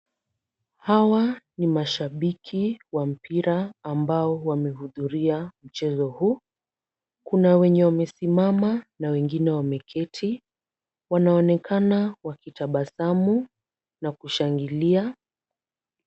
Hawa ni mashabiki wa mpira ambao wamehudhuria mchezo huu. Kuna wenye wamesimama na wengine wameketi. Wanaonekana wakitabasamu na kushangilia.